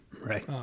Right